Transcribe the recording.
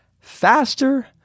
faster